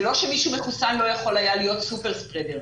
זה לא שמי שמחוסן לא יכול היה להיות סופר ספרדר.